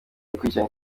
gukurikirana